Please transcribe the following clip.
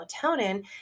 melatonin